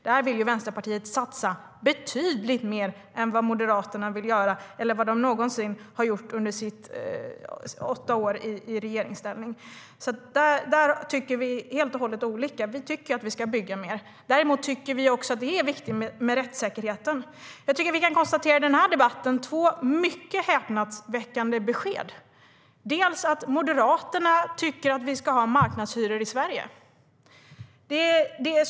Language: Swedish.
Det vill Vänsterpartiet satsa betydligt mer på än vad Moderaterna vill göra eller någonsin gjorde under sina åtta år i regeringsställning. Där tycker vi alltså helt och hållet olika; Vänsterpartiet tycker att vi ska bygga mer. Vi tycker dock att det också är viktigt med rättssäkerheten. Jag tycker att vi i den här debatten kan konstatera två mycket häpnadsväckande besked. Först och främst tycker Moderaterna att vi ska ha marknadshyror i Sverige.